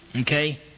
Okay